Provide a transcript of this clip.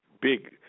big